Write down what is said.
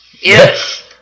Yes